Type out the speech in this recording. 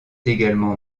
également